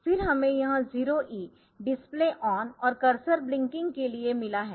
फिर हमें यह 0E डिस्प्ले ऑन और कर्सर ब्लिंकिंग के लिए मिला है